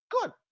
Good